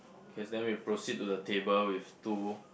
okay then we proceed to the table with two